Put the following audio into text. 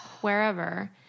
wherever